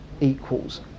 equals